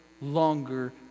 longer